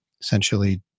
essentially